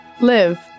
Live